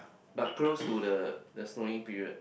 but close to the the snowing period